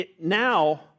Now